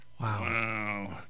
Wow